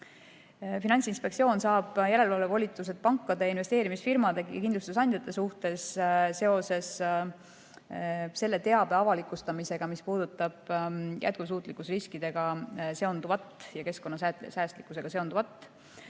Finantsinspektsioon saab järelevalve volitused pankade, investeerimisfirmade ja kindlustusandjate üle seoses selle teabe avalikustamisega, mis puudutab jätkusuutlikkusriskide ja keskkonnasäästlikkusega seonduvat.